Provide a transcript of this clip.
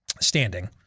standing